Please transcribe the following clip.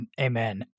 amen